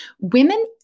Women